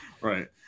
Right